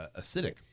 acidic